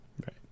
right